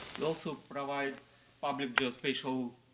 we also provide public geospatial